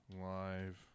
live